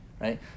right